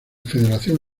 federación